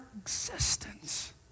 existence